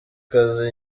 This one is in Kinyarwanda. kazi